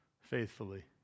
faithfully